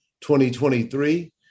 2023